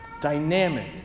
dynamic